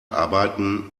arbeiten